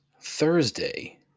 Thursday